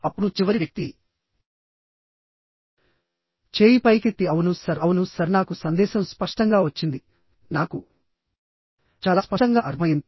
అప్పుడు చివరి వ్యక్తి చేయి పైకెత్తి అవును సర్ అవును సర్ నాకు సందేశం స్పష్టంగా వచ్చిందినాకు చాలా స్పష్టంగా అర్థమైంది